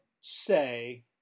say